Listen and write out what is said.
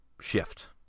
shift